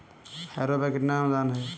Harrow पर कितना अनुदान है?